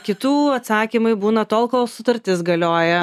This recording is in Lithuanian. kitų atsakymai būna tol kol sutartis galioja akiai